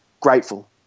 grateful